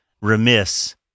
remiss